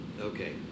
Okay